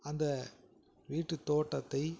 அந்த வீட்டு தோட்டத்தை